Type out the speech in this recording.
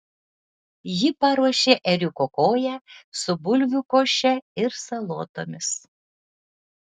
ji paruošė ėriuko koją su bulvių koše ir salotomis